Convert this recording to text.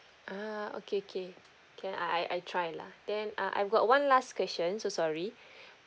ah okay okay k I I I try lah then uh I've got one last question so sorry